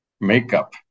makeup